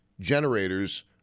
generators